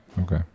Okay